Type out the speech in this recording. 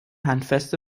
handfeste